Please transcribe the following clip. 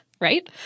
Right